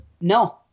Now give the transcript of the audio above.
No